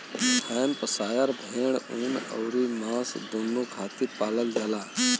Hampshire भेड़ ऊन अउरी मांस दूनो खातिर पालल जाला